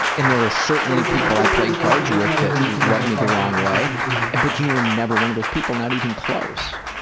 and there are certainly people i played cards with that rubbed me the wrong way and but you were never one of those people, not even close.